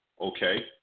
okay